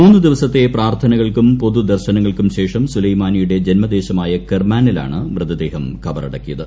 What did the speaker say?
മൂന്നു ദിവസത്തെ പ്രാർത്ഥനകൾക്കും പൊതുദർശനങ്ങൾക്കും ശേഷം സൂലൈമാനിയുടെ ജന്മദേശമായ കെർമാനിലാണ് മൃതദേഹം കബറടക്കിയത്